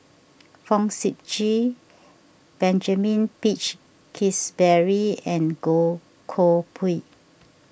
Fong Sip Chee Benjamin Peach Keasberry and Goh Koh Pui